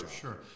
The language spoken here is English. sure